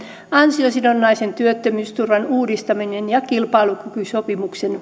ansiosidonnaisen työttömyysturvan uudistamisesta ja kilpailukykysopimuksen